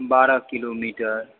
बारह किलोमीटर